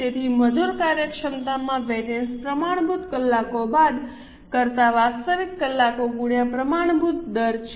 તેથી મજૂર કાર્યક્ષમતામાં વેરિએન્સ પ્રમાણભૂત કલાકો બાદ કરતા વાસ્તવિક કલાકો ગુણ્યા પ્રમાણભૂત દર છે